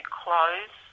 close